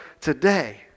today